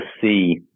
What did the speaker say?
see